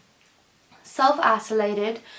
Self-isolated